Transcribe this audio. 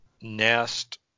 nest